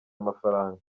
amafaranga